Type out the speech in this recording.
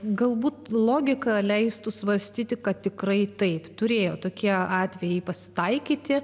galbūt logika leistų svarstyti kad tikrai taip turėjo tokie atvejai pasitaikyti